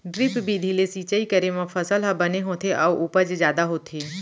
drip बिधि ले सिंचई करे म फसल ह बने होथे अउ उपज जादा होथे